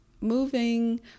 Moving